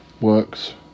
works